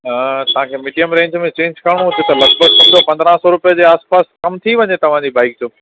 तव्हांखे medium range में change करिणो हुजे त लॻभॻि ॾिसो पंद्रह सौ रुपए जे आस पास कम थी वञे तव्हांजी बाइक जो